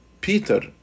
peter